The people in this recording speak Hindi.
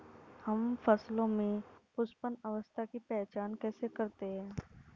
हम फसलों में पुष्पन अवस्था की पहचान कैसे करते हैं?